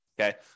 okay